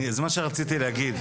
זה מה שרציתי להגיד,